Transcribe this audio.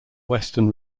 western